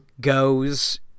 goes